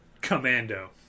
Commando